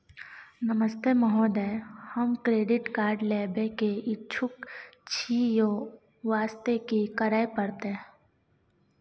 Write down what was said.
नमस्ते महोदय, हम credit card लेबे के इच्छुक छि ओ वास्ते की करै परतै?